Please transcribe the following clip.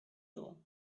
too